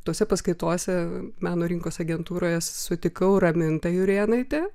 tose paskaitose meno rinkos agentūroje sutikau ramintą jurėnaitę